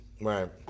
Right